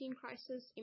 crisis